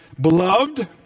Beloved